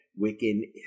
Wiccan